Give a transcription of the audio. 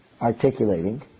articulating